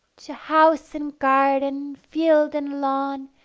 to house and garden, field and lawn,